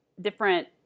different